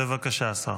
בבקשה, השר.